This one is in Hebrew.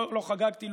לא חגגתי,